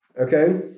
Okay